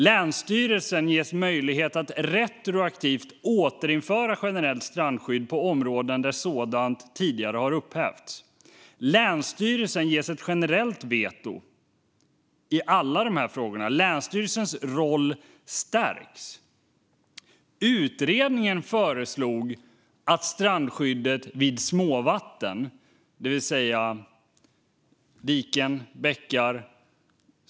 Länsstyrelsen ges möjlighet att retroaktivt återinföra generellt strandskydd på områden där sådant tidigare har upphävts. Länsstyrelsen ges ett generellt veto i alla dessa frågor. Länsstyrelsens roll stärks. Utredningen föreslog att strandskyddet vid småvatten skulle avskaffas, det vill säga vid diken och bäckar.